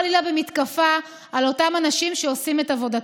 חלילה, במתקפה על אותם אנשים שעושים את עבודתם.